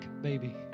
baby